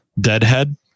Deadhead